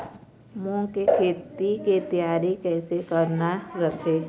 मूंग के खेती के तियारी कइसे करना रथे?